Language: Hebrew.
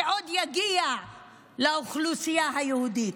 זה עוד יגיע לאוכלוסייה היהודית.